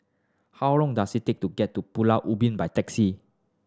how long does it take to get to Pulau Ubin by taxi